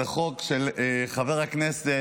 זה חוק של חבר הכנסת